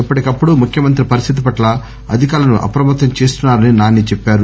ఎప్పటికప్పుడు ముఖ్యమంత్రి పరిస్థితి పట్ల అధికారులను అప్రమత్తం చేస్తున్సారని నాని చెప్పారు